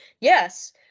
yes